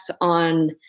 on